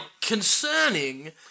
concerning